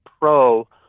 pro